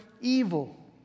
evil